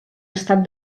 estat